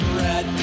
red